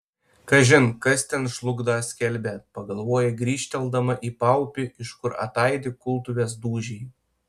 kažin kas ten žlugtą skalbia pagalvoja grįžteldama į paupį iš kur ataidi kultuvės dūžiai